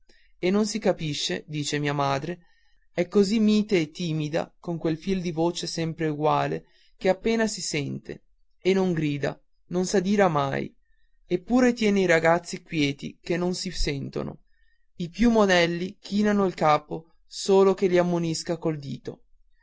e non si capisce dice mia madre è così mite e timida con quel filo di voce sempre eguale che appena si sente e non grida non s'adira mai eppure tiene i ragazzi quieti che non si sentono i più monelli chinano il capo solo che li ammonisca col dito